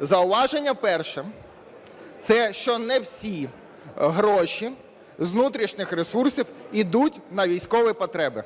Зауваження перше – це що не всі гроші з внутрішніх ресурсів ідуть на військові потреби.